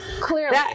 clearly